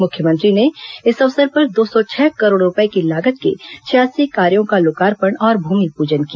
मुख्यमंत्री ने इस अवसर पर दो सौ छह करोड़ रूपये की लागत के छियासी कार्यो का लोकार्पण और भूमिपूजन किया